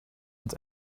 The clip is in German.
uns